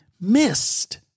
missed